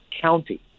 county